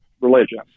religion